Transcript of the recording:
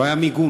לא היה מיגון.